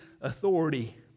authority